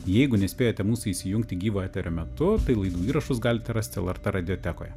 jeigu nespėjote mūsų įsijungti gyvo eterio metu tai laidų įrašus galite rasti lrt radiotekoje